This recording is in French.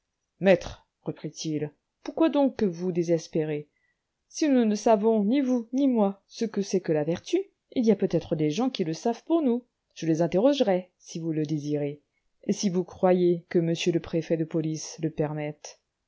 maître reprit-il pourquoi donc vous désespérer si nous ne savons ni vous ni moi ce que c'est que la vertu il y a peut-être des gens qui le savent pour nous je les interrogerai si vous le désirez et si vous croyez que monsieur le préfet de police le permette